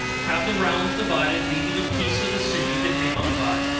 have the rounds divided, leaving a piece of the sinew to hang up by,